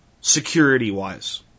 security-wise